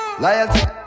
Loyalty